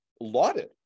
lauded